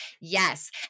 Yes